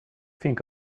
think